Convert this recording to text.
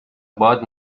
باد